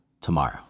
tomorrow